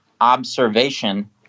observation